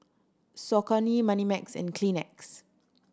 Saucony Moneymax and Kleenex